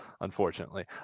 Unfortunately